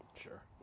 sure